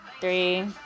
Three